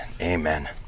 Amen